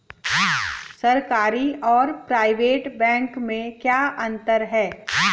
सरकारी और private bank में क्या अंतर है?